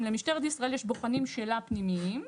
אם למשטרת ישראל יש בוחנים שלה פנימיים,